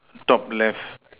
top left